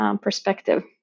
perspective